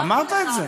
אמרת את זה.